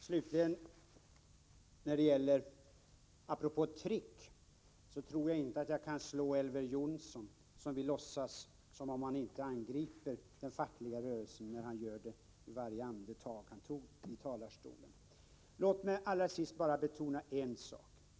Slutligen vill jag säga att apropå trick tror jag inte att jag kan slå Elver Jonsson, som vill låtsas som om han inte angriper den fackliga rörelsen, när han här i talarstolen gör det i varje andetag han tar. Låt mig till allra sist betona en sak.